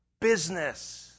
business